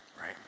right